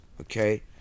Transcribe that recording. okay